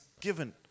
given